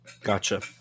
Gotcha